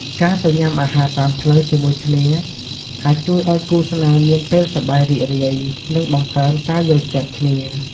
ការទៅញុំអាហារតាមផ្លូវជាមួយគ្នាអាចជួយឱ្យគូស្នេហ៍មានពេលសប្បាយរីករាយ និងបង្កើនការយល់ចិត្តគ្នា។